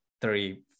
three